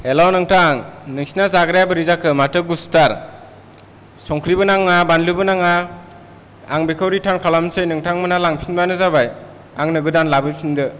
हेल' नोंथां नोंसोरना जाग्राया बोरै जाखो माथो गुसुथार संख्रिबो नाङा बानलुबो नाङा आं बेखौ रिटार्न खालामसै नोंथांमोना लांफिनबानो जाबाय आंनो गोदान लाबोफिनदो